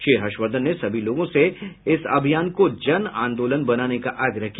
श्री हर्षवर्धन ने सभी लोगों से इस अभियान को जन आंदोलन बनाने का आग्रह किया